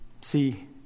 See